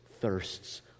thirsts